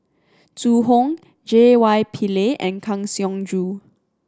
Zhu Hong J Y Pillay and Kang Siong Joo